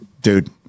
Dude